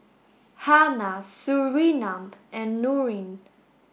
Hana Surinam and Nurin